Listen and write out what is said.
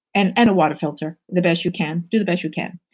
and add a water filter the best you can. do the best you can.